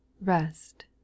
rest